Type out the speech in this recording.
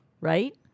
Right